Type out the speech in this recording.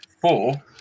four